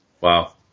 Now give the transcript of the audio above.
Wow